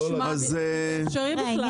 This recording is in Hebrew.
בוא נשמע אם זה אפשרי בכלל.